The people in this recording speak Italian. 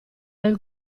del